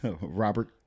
Robert